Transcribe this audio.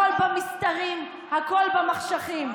הכול במסתרים, הכול במחשכים.